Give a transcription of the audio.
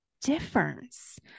difference